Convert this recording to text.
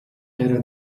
era